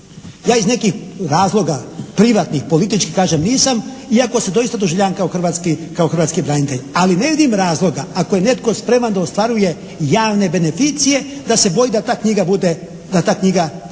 Ja iz nekih razloga privatnih, političkih kažem nisam iako se doista doživljavam kao hrvatski branitelj. Ali ne vidim razloga ako je netko spreman da ostvaruje javne beneficije da se boji da ta knjiga bude objelodanjena.